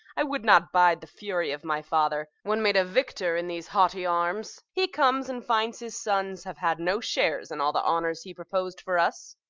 i would not bide the fury of my father, when, made a victor in these haughty arms, he comes and finds his sons have had no shares in all the honours he propos'd for us.